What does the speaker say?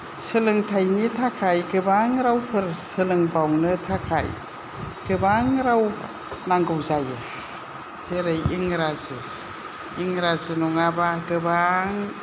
सोलोंथायनि थाखाय गोबां रावफोर सोलोंबावनो थाखाय गोबां राव नांगौ जायो जेरै इंराजी इंराजी नङाबा गोबां